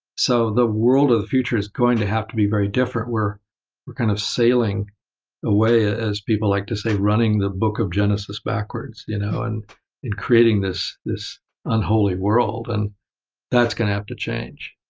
so the world of the future is going to have to be very different. we're we're kind of sailing away, as people like to say, running the book of genesis backwards, you know and and creating this this unholy world. and that's going to have to change.